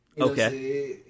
Okay